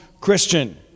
Christian